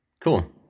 Cool